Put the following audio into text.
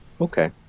Okay